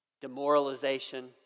demoralization